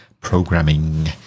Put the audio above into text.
programming